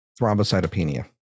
Thrombocytopenia